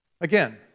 Again